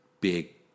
big